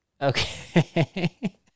Okay